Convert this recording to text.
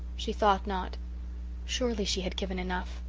she thought not surely she had given enough.